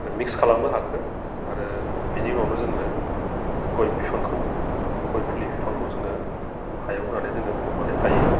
mix खालामो हाखो आरो बिनि उनावनो जोङो गय बिफांखौ गय फुलि बिफांखौ जोङो हायाव होनानै जोङो फबनानै गायो